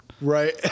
Right